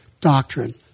doctrine